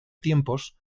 tiempos